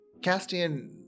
Castian